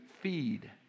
feed